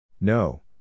No